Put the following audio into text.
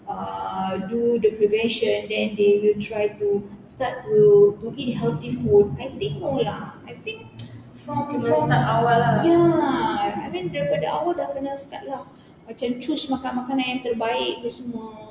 uh do the prevention then they will try to start to to eat healthy food I think no lah I think from from ya I mean daripada awal dah kena start lah macam choose makan-makanan yang terbaik itu semua